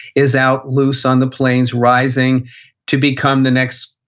is out loose on the plains, rising to become the next,